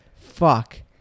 Fuck